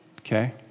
okay